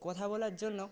কথা বলার জন্য